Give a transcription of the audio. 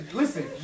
listen